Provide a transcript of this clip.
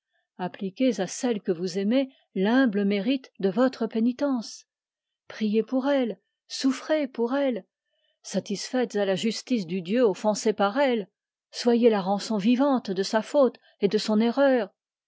appliquez à celle que vous aimez l'humble mérite de votre pénitence priez pour elle souffrez pour elle satisfaites à la justice du dieu offensé par elle soyez la rançon vivante de sa faute et de son erreur